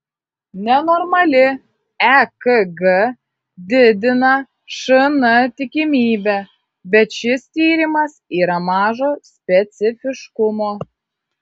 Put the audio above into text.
nenormali ekg didina šn tikimybę bet šis tyrimas yra mažo specifiškumo